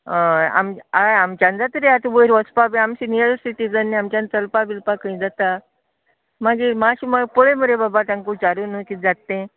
होय आमकां आमच्यान जाता रे वयर वचपाक बीन आमी सिनियर सिटीजन न्ही चलपाक बिलपाक खंय जाता मागीर मातशी म्हळ्यार पय मरे बाबा तेंका विचारून कितें जात् तें